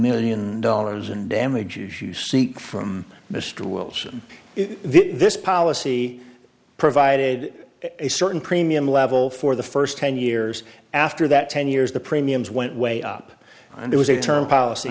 million dollars and damages you see from mr wilson this policy provided a certain premium level for the first ten years after that ten years the premiums went way up and it was a term policy